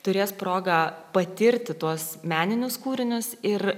turės progą patirti tuos meninius kūrinius ir